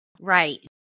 right